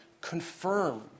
Confirm